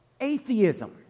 atheism